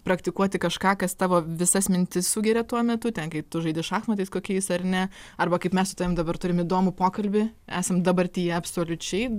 praktikuoti kažką kas tavo visas mintis sugeria tuo metu ten kai tu žaidi šachmatais kokiais ar ne arba kaip mes su tavim dabar turim įdomų pokalbį esam dabartyje absoliučiai